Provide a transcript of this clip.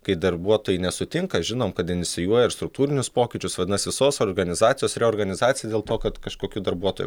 kai darbuotojai nesutinka žinom kad inicijuoja struktūrinius pokyčius vadinasi sos organizacijos reorganizacijos dėl to kad kažkokių darbuotojų